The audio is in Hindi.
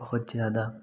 बहुत ज़्यादा